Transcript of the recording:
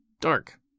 Dark